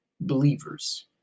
believers